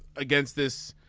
against this.